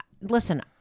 listen